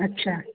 अच्छा